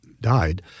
died